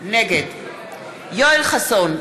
נגד יואל חסון,